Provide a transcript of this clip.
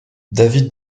david